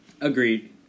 agreed